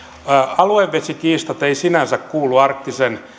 aluevesikiistat eivät sinänsä kuulu arktisen